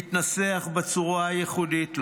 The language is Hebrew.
התנסח בצורה הייחודית לו,